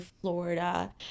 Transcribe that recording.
Florida